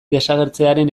desagertzearen